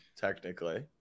technically